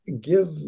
give